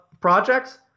projects